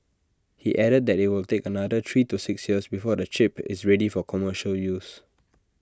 he added that IT will take another three to six years before the chip is ready for commercial use